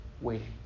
waiting